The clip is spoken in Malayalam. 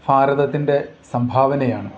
ഭാരതത്തിൻ്റെ സംഭാവനയാണ്